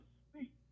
speak